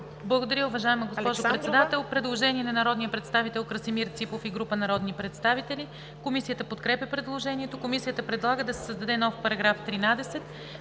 Благодаря, уважаема госпожо Председател. Предложение на народния представител Красимир Ципов и група народни представители. Комисията подкрепя предложението. Комисията предлага да се създаде нов § 13: „§ 13.